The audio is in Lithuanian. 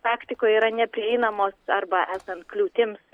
praktikoj yra neprieinamos arba esant kliūtims